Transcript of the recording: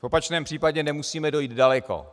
V opačném případě nemusíme dojít daleko.